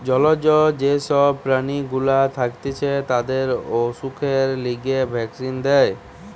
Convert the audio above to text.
জলজ যে সব প্রাণী গুলা থাকতিছে তাদের অসুখের লিগে ভ্যাক্সিন দেয়